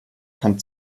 kann